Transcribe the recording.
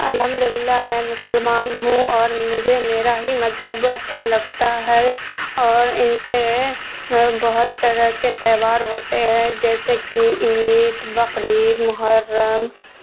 الحمد للہ میں مسلمان ہوں اور مجھے میرا ہی مذہب اچھا لگتا ہے اور ان کے بہت طرح کے تہوار ہوتے ہیں جیسے کہ عید بقرعید محرم